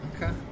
Okay